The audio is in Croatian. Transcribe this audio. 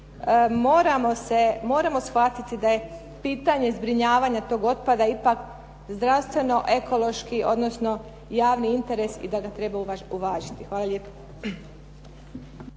moramo shvatiti da je pitanje zbrinjavanja tog otpada ipak zdravstveno ekološki odnosno javni interes i da ga treba uvažiti. Hvala lijepo.